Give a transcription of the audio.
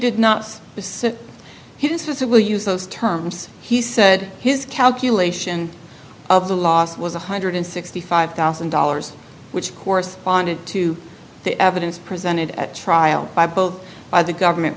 did not sit he says it will use those terms he said his calculation of the loss was one hundred sixty five thousand dollars which corresponded to the evidence presented at trial by both by the government